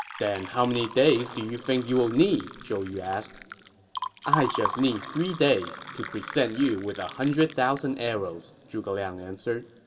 then how many days do you think you'll need? zhou yu asked i just need three days to present you with one ah hundred thousand arrows, zhuge liang answered